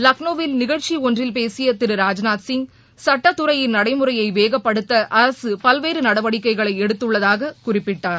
லக்னோவில் நிகழ்ச்சி ஒன்றில் பேசிய திரு ராஜ்நாத்சிங் சட்டத்துறையின் நடைமுறையை வேகப்படுத்த அரசு பல்வேறு நடவடிக்கைகளை எடுத்துள்ளதாக குறிப்பிட்டார்